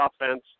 offense